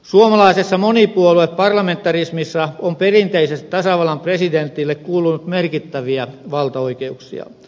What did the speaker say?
suomalaisessa monipuolueparlamentarismissa on perinteisesti tasavallan presidentille kuulunut merkittäviä valtaoikeuksia